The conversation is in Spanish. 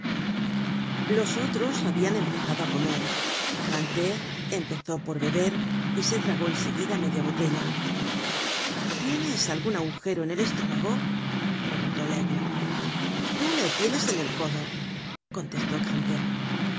los otros habian empezado á comer grantaire empezó por beber y se tragó en seguida media botella tienes algun agujero en el estómago preguntó laigle tú le tienes en el codo contestó